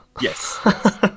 yes